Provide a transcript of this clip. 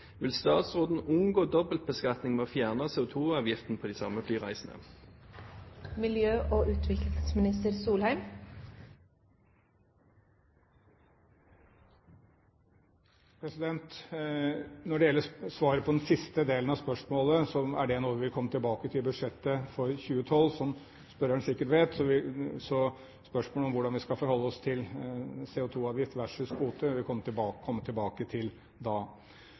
Vil statsråden unngå dobbeltbeskatning ved å fjerne CO2-avgiften på de samme flyreisene?» Når det gjelder svaret på den siste delen av spørsmålet, er det noe vi vil komme tilbake til i budsjettet for 2012. Som spørreren sikkert vet, vil vi komme tilbake til spørsmålet om hvordan vi skal forholde oss til CO2-avgift versus kvote da. Ellers vil jeg gjerne bruke svaret til